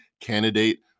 candidate